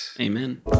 Amen